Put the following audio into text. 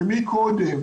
ומי קודם,